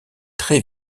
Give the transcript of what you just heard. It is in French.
très